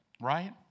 Right